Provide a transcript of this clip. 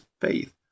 faith